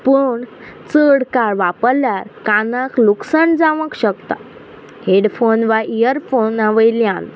पूण चड काळ वापरल्यार कानाक लुकसाण जावंक शकता हेडफोन वा इयरफोना वयल्यान